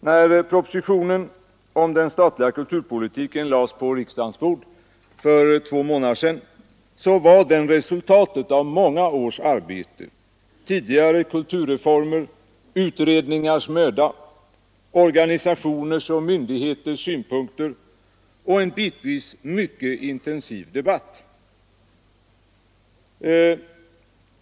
När propositionen om den statliga kulturpolitiken lades på riksdagens bord för två månader sedan, var den resultatet av många års arbete: tidigare kulturreformer, utredningars möda, organisationers och myndigheters synpunkter, och en bitvis mycket intensiv debatt.